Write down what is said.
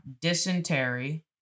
dysentery